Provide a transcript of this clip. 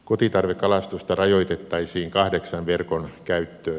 kotitarvekalastus rajoitettaisiin kahdeksan verkon käyttöön